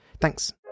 Thanks